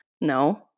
no